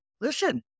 listen